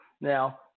Now